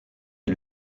est